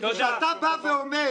תן לי לסיים את